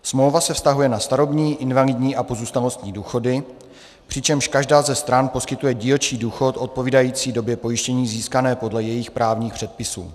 Smlouva se vztahuje na starobní, invalidní a pozůstalostní důchody, přičemž každá ze stran poskytuje dílčí důchod odpovídající době pojištění získané podle jejích právních předpisů.